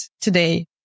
today